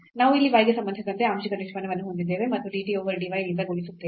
ನಾವು ಇಲ್ಲಿ y ಗೆ ಸಂಬಂಧಿಸಿದಂತೆ ಆಂಶಿಕ ನಿಷ್ಪನ್ನವನ್ನು ಹೊಂದಿದ್ದೇವೆ ಮತ್ತು dt ಓವರ್ dy ಯಿಂದ ಗುಣಿಸುತ್ತೇವೆ